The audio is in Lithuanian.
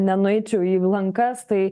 nenueičiau į lankas tai